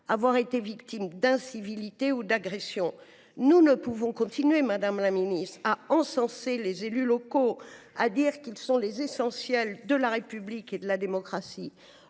avoir été victimes d’incivilités ou d’agressions. Nous ne pouvons simplement continuer, madame la ministre, à encenser les élus locaux, à dire qu’ils sont les essentiels de la République et de la démocratie.